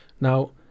now